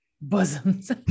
bosoms